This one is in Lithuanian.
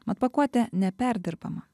mat pakuotė neperdirbama